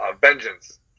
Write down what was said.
vengeance